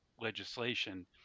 legislation